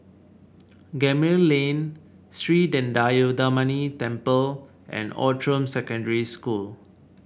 Gemmill Lane Sri Thendayuthapani Temple and Outram Secondary School